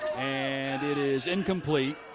and it is incomplete.